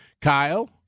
Kyle